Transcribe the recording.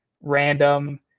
random